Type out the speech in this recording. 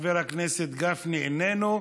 חבר הכנסת גפני איננו,